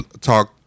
talk